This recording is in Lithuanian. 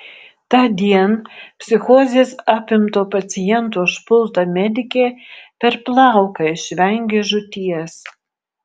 tądien psichozės apimto paciento užpulta medikė per plauką išvengė žūties